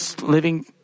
living